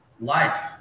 life